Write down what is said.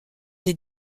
des